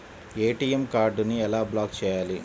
ATM కార్డుని ఎలా block చేయాలి?